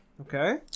Okay